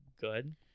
good